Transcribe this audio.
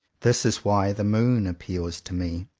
this is why the moon appeals to me.